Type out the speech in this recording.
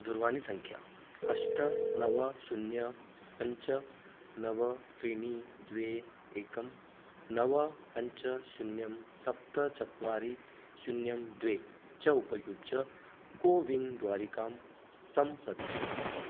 दूरवाणीसङ्ख्या अष्ट नव शून्यं पञ्च नव त्रीणि द्वे एकं नव पञ्च शून्यं सप्त चत्वारि शून्यं द्वे च उपयुज्य कोविन् द्वारिकां सम्प्रविश